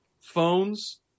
phones